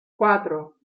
cuatro